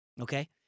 okay